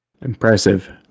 Impressive